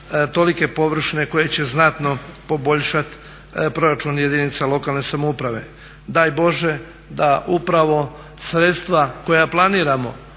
tolike površine koje će znatno poboljšati proračun jedinica lokalne samouprave. Daj Bože da upravo sredstva koja planiramo